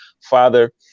Father